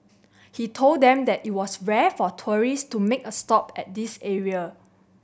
he told them that it was rare for tourist to make a stop at this area